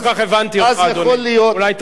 אדוני,